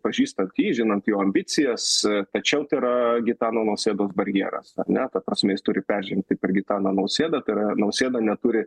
pažįstant jį žinant jo ambicijas tačiau tai yra gitano nausėdos barjeras ar ne prasme turi peržengti per gitaną nausėdą tai yra nausėda neturi